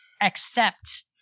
accept